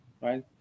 right